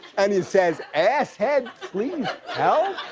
and it says, asshead. please help?